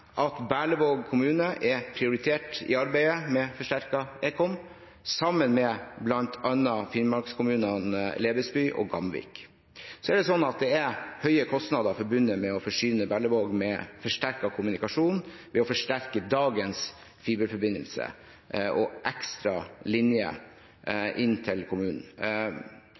at Berlevåg kommune er prioritert i arbeidet med forsterket ekom, sammen med bl.a. Finnmarkskommunene Lebesby og Gamvik. Så er det slik at det er høye kostnader forbundet med å forsyne Berlevåg med forsterket kommunikasjon ved å forsterke dagens fiberforbindelse og ekstra linje inn til kommunen.